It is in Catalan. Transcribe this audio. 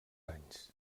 anys